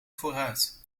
vooruit